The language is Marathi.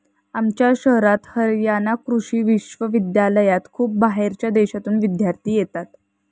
आमच्या शहरात हरयाणा कृषि विश्वविद्यालयात खूप बाहेरच्या देशांतून विद्यार्थी येतात